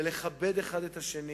לכבד אחד את השני